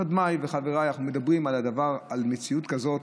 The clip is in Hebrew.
קודמיי וחבריי, אנחנו מדברים על מציאות כזאת